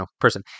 person